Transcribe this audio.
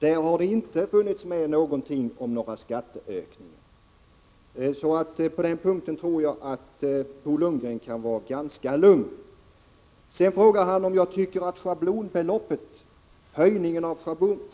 Det har inte funnits med någonting om skatteökningar. På den punkten tror jag Bo Lundgren kan vara ganska lugn. Han frågar också om jag tycker att höjningen av